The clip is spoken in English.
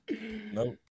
Nope